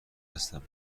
هستم